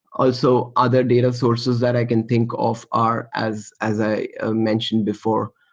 also, other data sources that i can think of are, as as i ah mentioned before,